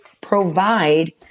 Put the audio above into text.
provide